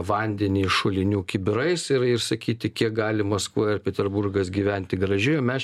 vandenį šulinių kibirais ir ir sakyti kiek gali maskva ir peterburgas gyventi gražiai o mes